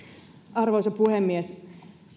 arvoisa puhemies